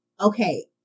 Okay